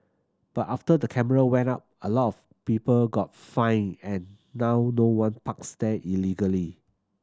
but after the camera went up a lot of people got fined and now no one parks there illegally